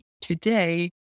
today